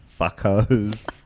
Fuckers